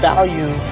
Value